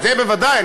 זה בוודאי,